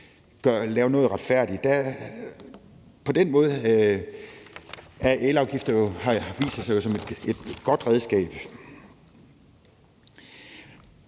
gøre noget retfærdigt på. På den måde viser elafgifter sig jo som et godt redskab.